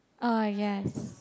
ah yes